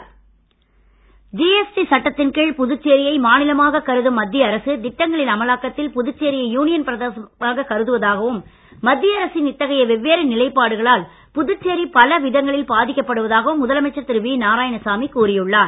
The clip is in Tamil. பயிலரங்கு ஜிஎஸ்டி சட்டத்தின் கீழ் புதுச்சேரியை மாநிலமாக கருதும் மத்திய அரசு திட்டங்களின் அமலாக்கத்தில் புதுச்சேரியை யூனியன் பிரதேசமாக கருதுவதாகவும் மத்திய அரசின் இத்தகைய வெவ்வேறு நிலைப்பாடுகளால் புதுச்சேரி பல விதங்களில் பாதிக்கப்படுவதாகவும் முதலமைச்சர் திரு வி நாராயணசாமி கூறி உள்ளார்